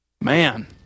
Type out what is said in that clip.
Man